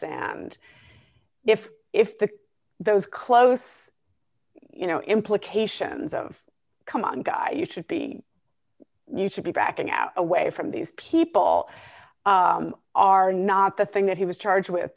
sand if if the those close you know implications of come on guy you should be you should be backing out away from these people are not the thing that he was charged with